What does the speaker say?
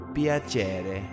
Piacere